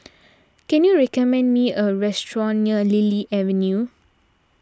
can you recommend me a restaurant near Lily Avenue